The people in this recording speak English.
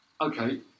Okay